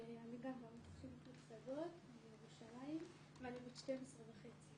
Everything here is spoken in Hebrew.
אני גם בעמותה של חינוך לפסגות בירושלים ואני בת 12 וחצי.